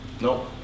No